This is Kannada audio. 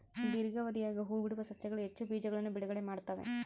ದೀರ್ಘಾವಧಿಯಾಗ ಹೂಬಿಡುವ ಸಸ್ಯಗಳು ಹೆಚ್ಚು ಬೀಜಗಳನ್ನು ಬಿಡುಗಡೆ ಮಾಡ್ತ್ತವೆ